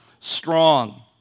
strong